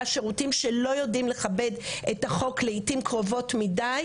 השירותים שלא יודעים לכבד את החוק לעתים קרובות מידי